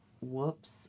whoops